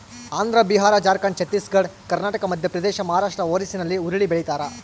ಆಂಧ್ರ ಬಿಹಾರ ಜಾರ್ಖಂಡ್ ಛತ್ತೀಸ್ ಘಡ್ ಕರ್ನಾಟಕ ಮಧ್ಯಪ್ರದೇಶ ಮಹಾರಾಷ್ಟ್ ಒರಿಸ್ಸಾಲ್ಲಿ ಹುರುಳಿ ಬೆಳಿತಾರ